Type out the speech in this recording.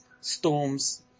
storms